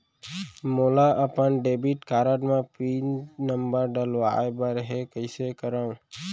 मोला अपन debit card म पिन नंबर डलवाय बर हे कइसे करव?